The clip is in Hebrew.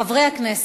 חברי הכנסת,